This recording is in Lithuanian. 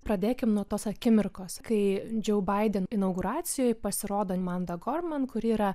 pradėkime nuo tos akimirkos kai džeu baiden inauguracijoj pasirodant amanda gorman kuri yra